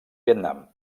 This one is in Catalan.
vietnam